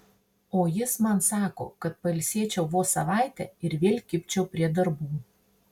o jis man sako kad pailsėčiau vos savaitę ir vėl kibčiau prie darbų